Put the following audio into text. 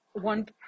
One